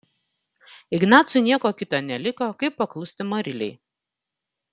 ignacui nieko kita neliko kaip paklusti marilei